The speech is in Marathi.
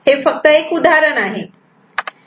हे फक्त एक उदाहरण आहे